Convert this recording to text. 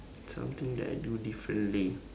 something that I do differently